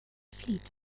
flieht